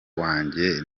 wanjye